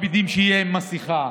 מקפידים שתהיה מסכה,